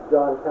John